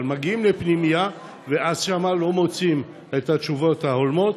אבל מגיעים לפנימייה ושם לא מוצאים את התשובות ההולמות,